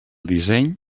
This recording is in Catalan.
disseny